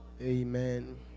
Amen